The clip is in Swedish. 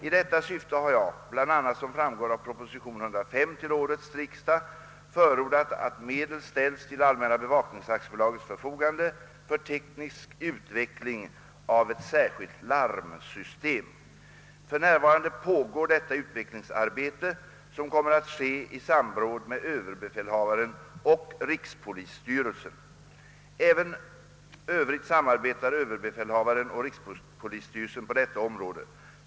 I detta syfte har jag, såsom bl.a. framgår av proposition nr 105 till årets riksdag, förordat att medel ställs till Allmänna bevakningsaktiebolagets förfogande för teknisk utveckling av ett särskilt larmsystem. För närvarande pågår detta utvecklingsarbete, som kommer att ske i samråd med överbefälhavaren och rikspolisstyrelsen. Även i övrigt samarbetar överbefälhavaren och rikspolisstyrelsen på detta område.